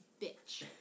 bitch